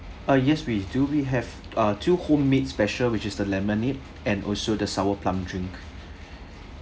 ah yes we do we have uh two homemade special which is the lemonade and also the sour plum drink